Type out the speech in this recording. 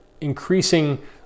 increasing